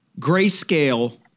Grayscale